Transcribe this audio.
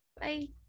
Bye